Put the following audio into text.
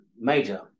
Major